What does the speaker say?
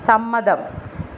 സമ്മതം